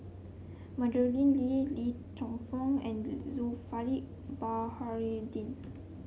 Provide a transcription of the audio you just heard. Madeleine Lee Ling Geok Choon and Zulkifli Baharudin